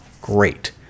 Great